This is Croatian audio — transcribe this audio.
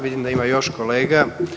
Vidim da ima još kolega.